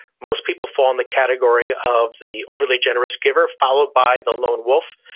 most people fall in the category of the overly generous giver followed by the lone wolf,